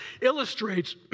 illustrates